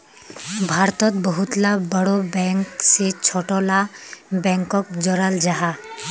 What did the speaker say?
भारतोत बहुत ला बोड़ो बैंक से छोटो ला बैंकोक जोड़ाल जाहा